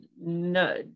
no